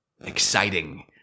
Exciting